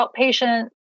outpatient